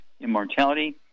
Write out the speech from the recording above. Immortality